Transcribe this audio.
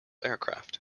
aircraft